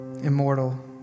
immortal